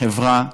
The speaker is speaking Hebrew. שחברה בריאה,